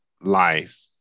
life